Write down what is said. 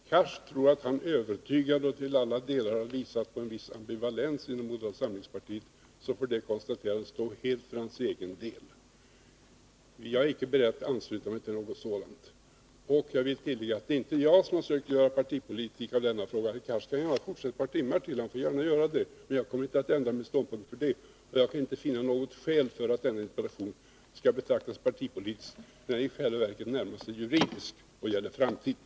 Herr talman! Om Hadar Cars tror att han övertygande och till alla delar har visat på en viss ambivalens inom moderata samlingspartiet, får det stå helt för hans egen räkning. Jag är icke beredd att ansluta mig till något sådant konstaterande. Jag vill tillägga att det icke är jag som har försökt göra partipolitik av denna fråga. Herr Cars får gärna fortsätta ett par timmar till med detta replikskifte, men det kommer inte att föranleda mig att ändra min ståndpunkt. Jag kan inte finna något skäl för att min interpellation skall betraktas som partipolitisk. Den är i själva verket närmast juridisk, och den har inriktning på framtiden.